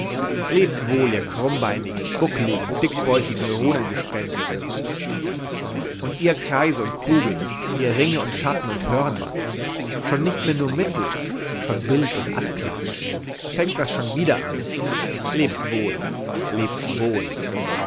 lebt wohl ihr krummbeinigen buckligen dickbäuchigen runengespenste und ihr kreise und kugeln ihr ringe und schatten und hörner schon nicht mehr nur mittel schon bild und abklatsch fängt das schon wieder an lebt wohl lebt wohl